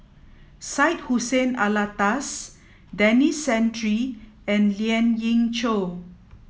Syed Hussein Alatas Denis Santry and Lien Ying Chow